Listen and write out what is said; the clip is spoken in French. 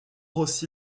aussi